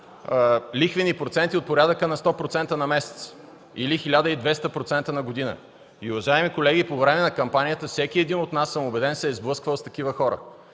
лихвени проценти от порядъка на 100% на месец или 1200% на година. Уважаеми колеги, по време на кампанията, всеки един от нас, убеден съм, се е сблъсквал с такива хора.